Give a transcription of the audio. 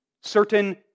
certain